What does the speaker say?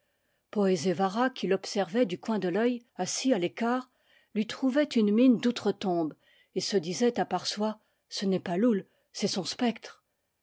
qui l'observait du coin de l'œil assis à l'écart lui trouvait une mine d'outre-tombe et se disait à part soi ce n'est pas loull c'est son spectre